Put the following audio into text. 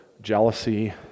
jealousy